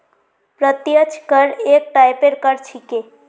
प्रत्यक्ष कर एक टाइपेर कर छिके